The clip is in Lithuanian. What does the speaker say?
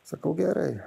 sakau gerai